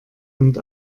und